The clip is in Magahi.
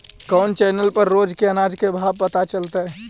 कोन चैनल पर रोज के अनाज के भाव पता चलतै?